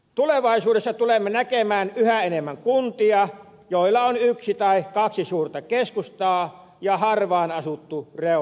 tulevaisuudessa tulemme näkemään yhä enemmän kuntia joilla on yksi tai kaksi suurta keskustaa ja harvaanasuttu reuna alue